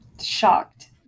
shocked